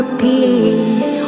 peace